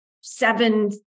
seven